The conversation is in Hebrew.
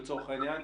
לצורך העניין,